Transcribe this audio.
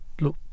look